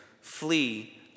flee